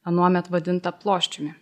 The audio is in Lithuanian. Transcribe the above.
anuomet vadintą ploščiumi